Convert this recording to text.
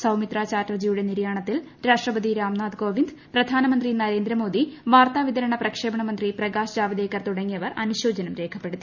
സൌമിത്ര ചാറ്റർജിയുടെ നിര്യാണത്തിൽ രാഷ്ട്രപതി രാംനാഥ് കോവിന്ദ് പ്രധാനമന്ത്രി നരേന്ദ്ര മോദി വാർത്താ വിതരണപ്രക്ഷേപണ മന്ത്രി പ്രകാശ് ജാവ്ദേക്കർ തുടങ്ങിയവർ അനുശോചനം രേഖപ്പെടുത്തി